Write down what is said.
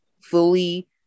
fully